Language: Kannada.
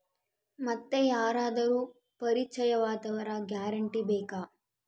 ಮತ್ತೆ ಯಾರಾದರೂ ಪರಿಚಯದವರ ಗ್ಯಾರಂಟಿ ಬೇಕಾ?